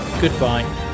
Goodbye